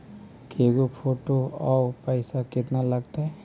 के गो फोटो औ पैसा केतना लगतै?